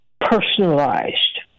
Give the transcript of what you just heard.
personalized